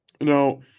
Now